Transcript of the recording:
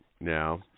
now